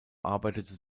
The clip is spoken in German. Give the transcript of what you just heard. arbeitete